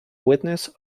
witness